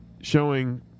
showing